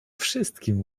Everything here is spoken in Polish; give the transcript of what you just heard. wszystkim